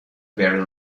very